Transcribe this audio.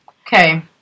Okay